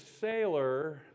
sailor